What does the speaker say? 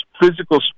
physical